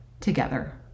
together